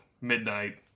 midnight